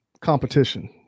competition